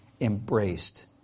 embraced